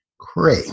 cray